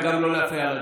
וגם לא להפריע לדובר.